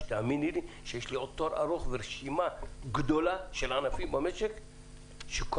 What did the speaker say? ותאמיני לי שיש לי בתור עוד רשימה גדולה של ענפים במשק שקרסו,